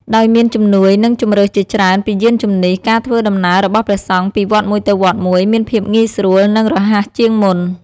ដោយមានជំនួយ និងជម្រើសជាច្រើនពីយានជំនិះ ការធ្វើដំណើររបស់ព្រះសង្ឃពីវត្តមួយទៅវត្តមួយ មានភាពងាយស្រួល និងរហ័សជាងមុន។